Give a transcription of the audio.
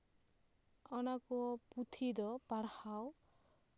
ᱚᱱᱟ ᱠᱚ ᱯᱩᱛᱷᱤ ᱫᱚ ᱯᱟᱲᱦᱟᱣ